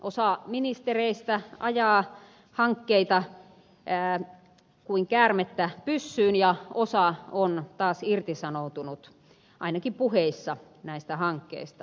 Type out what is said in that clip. osa ministereistä ajaa hankkeita kuin käärmettä pyssyyn ja osa on taas irtisanoutunut ainakin puheissa näistä hankkeista